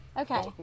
Okay